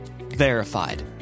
verified